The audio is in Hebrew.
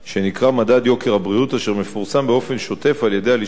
אשר מפורסם באופן שוטף על-ידי הלשכה המרכזית לסטטיסטיקה.